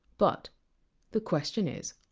but the question is!